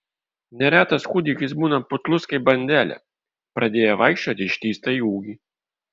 neretas kūdikis būna putlus kaip bandelė pradėję vaikščioti ištįsta į ūgį